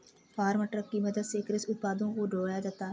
farm truck की मदद से कृषि उत्पादों को ढोया जाता है